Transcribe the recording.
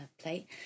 play